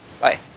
Bye